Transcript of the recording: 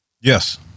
Yes